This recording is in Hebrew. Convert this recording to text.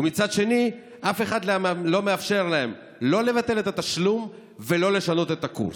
ומצד שני אף אחד לא מאפשר להם לא לבטל את התשלום ולא לשנות את הקורסים.